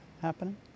happening